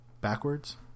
backwards